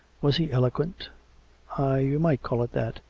was he eloquent? aye you might call it that.